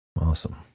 Awesome